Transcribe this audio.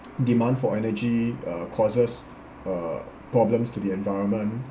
demand for energy uh causes uh problems to the environment